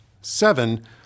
Seven